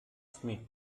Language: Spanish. smith